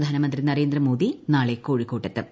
പ്രധാനമന്ത്രി നരേന്ദ്രമോദി നാളെ കോഴിക്കോടെത്തും